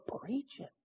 preaching